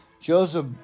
Joseph